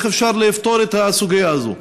איך אפשר לפתור את הסוגיה הזאת?